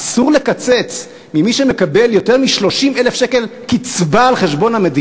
אסור לקצץ ממי שמקבל יותר מ-30,000 שקל קצבה על חשבון המדינה?